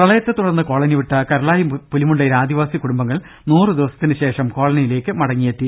പ്രളയത്തെ തുടർന്ന് കോളനിവിട്ട കരുളായി പുലിമുണ്ടയിലെ ആദിവാസി കുടുംബങ്ങൾ നൂറ് ദിവസത്തിനുശേഷം കോളനിയിലേക്ക് മടങ്ങിയെത്തി